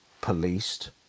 policed